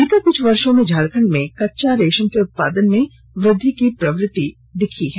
बीते कुछ वर्षों में झारखंड में कच्चा रेशम के उत्पादन में वृद्धि की प्रवृत्ति दिखी है